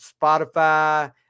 Spotify